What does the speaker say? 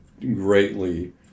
greatly